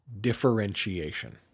differentiation